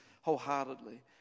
wholeheartedly